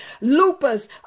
lupus